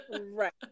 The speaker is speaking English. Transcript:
Right